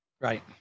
Right